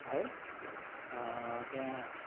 है त्यहाँ